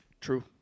True